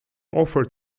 offer